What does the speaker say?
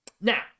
Now